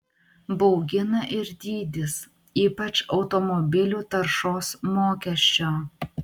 baugina ir dydis ypač automobilių taršos mokesčio